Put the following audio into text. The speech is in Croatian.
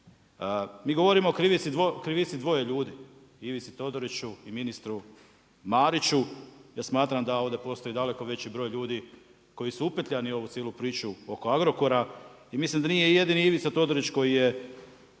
Mi govorimo o krivici dvoje ljudi Ivici Todoriću i ministru Mariću. Ja smatram da ovdje postoji daleko veći broj ljudi koji su upetljani u ovu cijelu priču oko Agrokora i mislim da nije jedini Ivica Todorić koji je